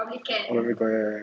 oh gitu eh